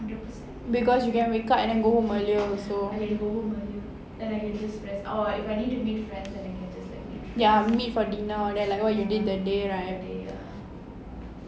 because you can wake up and then go home earlier also ya meet for dinner all that lah like what you did that day right